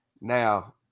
Now